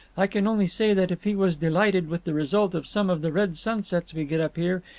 i can only say that, if he was delighted with the result of some of the red sunsets we get up here,